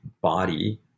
body